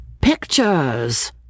Pictures